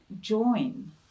join